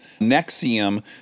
nexium